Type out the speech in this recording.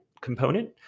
component